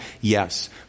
Yes